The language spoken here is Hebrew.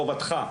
חובתך,